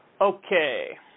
Okay